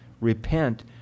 repent